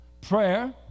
Prayer